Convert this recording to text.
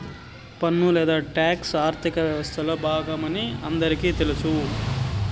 పన్ను లేదా టాక్స్ ఆర్థిక వ్యవస్తలో బాగమని అందరికీ తెల్స